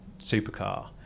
supercar